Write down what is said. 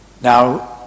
Now